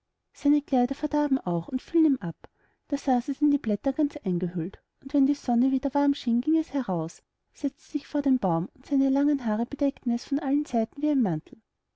seine kleider verdarben auch und fielen ihm ab da saß es in die blätter ganz eingehüllt und wenn die sonne wieder warm schien ging es heraus setzte sich vor den baum und seine langen haare bedeckten es von allen seiten wie ein mantel